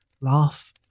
laugh